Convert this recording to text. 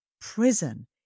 prison